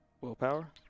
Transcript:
willpower